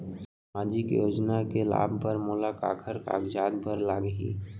सामाजिक योजना के लाभ बर मोला काखर कागजात बर लागही?